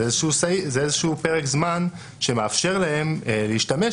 זה איזה שהוא פרק זמן שמאפשר להם להשתמש,